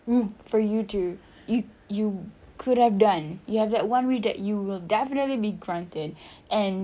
for you to you you could have done you have that one way that you will definitely be granted and